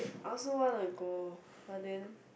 I also want to go but then